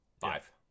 Five